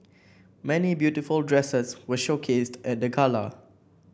many beautiful dresses were showcased at the gala